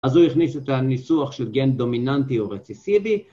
אז הוא הכניס את הניסוח של גן דומיננטי או רציסיבי